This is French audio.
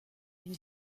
une